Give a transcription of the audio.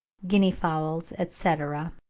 guinea-fowls, etc,